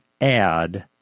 add